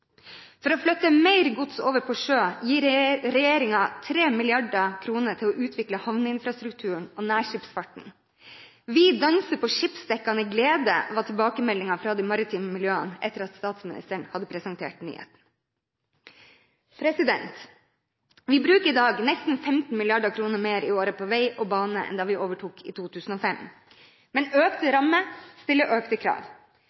For å flytte mer gods over på sjø gir regjeringen 3 mrd. kr til å utvikle havneinfrastrukturen og nærskipsfarten. Vi danser på skipsdekkene i glede, var tilbakemeldingen fra de maritime miljøene etter at statsministeren hadde presentert nyheten. Vi bruker i dag nesten 15 mrd. kr mer i året på vei og bane enn da vi overtok i 2005. Men økte rammer stiller økte krav,